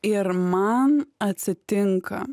ir man atsitinka